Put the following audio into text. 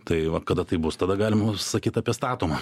tai vat kada tai bus tada galima sakyt apie statomą